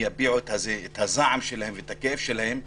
יביעו את הזעם שלהם ואת הכאב שלהם,